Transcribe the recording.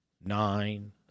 nine